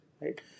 right